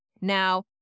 Now